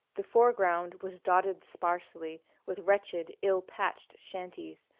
the foreground was dotted sparsely with wretched, ill-patched shanties,